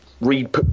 read